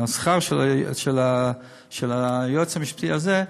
השכר של היועץ המשפטי הזה,